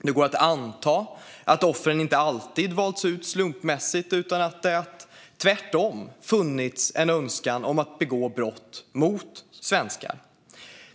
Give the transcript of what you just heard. Det går att anta att offren inte alltid har valts ut slumpmässigt, utan att det tvärtom har funnits en önskan om att begå brott mot svenskar.